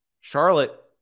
Charlotte